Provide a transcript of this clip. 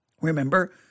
Remember